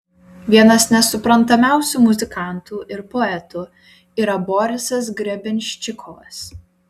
vienas nesuprantamiausių muzikantų ir poetų yra borisas grebenščikovas